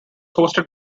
hosted